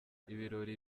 ibirori